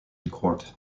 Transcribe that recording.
court